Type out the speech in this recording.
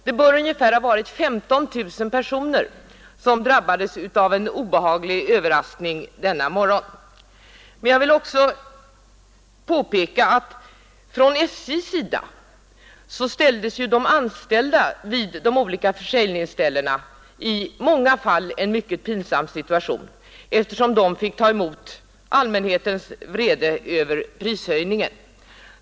Det bör ha varit ungefär 15 000 personer som drabbades av en obehaglig överraskning den aktuella morgonen. Men jag vill också påpeka att de anställda vid SJ:s olika försäljningsställen i många fall kom i en mycket pinsam situation, eftersom de fick ta emot allmänhetens vrede över prishöjningen.